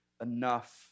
enough